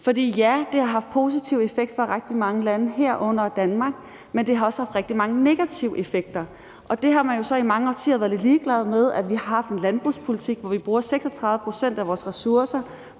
For ja, det har haft en positiv effekt for rigtig mange lande, herunder Danmark, men det har også haft rigtig mange negative effekter. Der har man jo så i mange årtier været lidt ligeglade med, at vi har haft en landbrugspolitik, hvor vi bruger 36 pct. af vores ressourcer